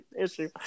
issue